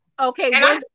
Okay